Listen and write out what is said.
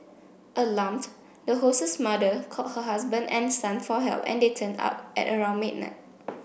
alarmed the host's mother called her husband and son for help and they turned up at around midnight